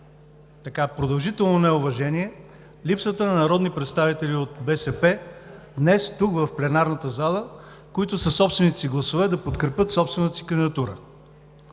на продължително неуважение липсата на народни представители от БСП днес, тук в пленарната зала, които със собствените си гласове да подкрепят собствената си кандидатура.